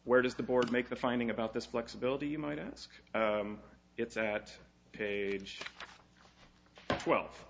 where does the board make the finding about this flexibility you might ask it's that page twelve